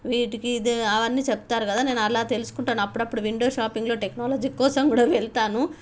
వీటికి ఇది అవన్నీ చెప్తారు కదా నేను అలా తెలుసుకుంటాను అప్పుడప్పుడు విండో షాపింగ్లో టెక్నాలజీ కోసం కూడా వెళ్తాను